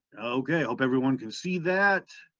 okay, hope everyone can see that.